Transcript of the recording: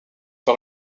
par